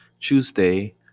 Tuesday